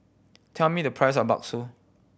tell me the price of bakso